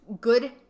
good